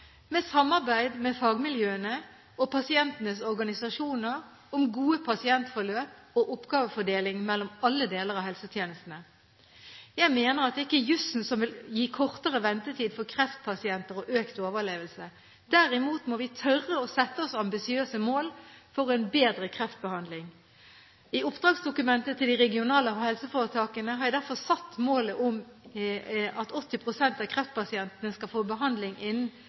med samarbeid med fagmiljøene og pasientenes organisasjoner om gode pasientforløp og oppgavefordeling mellom alle deler av helsetjenestene. Jeg mener at det ikke er jusen som vil gi kortere ventetid for kreftpasienter og økt overlevelse. Derimot må vi tørre å sette oss ambisiøse mål for en bedre kreftbehandling. I oppdragsdokumentet til de regionale helseforetakene har jeg derfor satt et mål om at 80 pst. av kreftpasientene skal få behandling